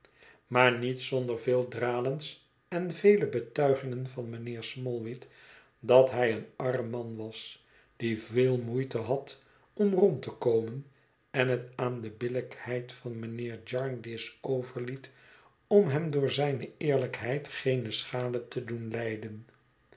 maar niet zonder veel dralens en vele betuigingen van mijnheer smallweed dat hij een arm man was die veel moeite had om rond te komen en het aan de billijkheid van mijnheer jarndyce overliet om hem door zijne eerlijkheid geene schade tedoen lijden